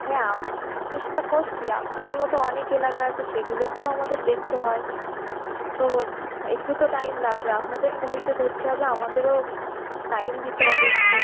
হ্যাঁ আমরা তো চেষ্টা করছি আপনাদের মতো অনেক এলাকা আছে সেগুলোকেও আমাদের দেখতে হয় তো একটু তো টাইম লাগবে আপনাদেরও ধৈর্য ধরতে হবে আমাদেরও টাইম দিতে হবে একটু